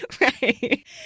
Right